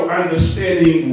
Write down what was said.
understanding